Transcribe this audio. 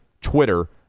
Twitter